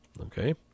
Okay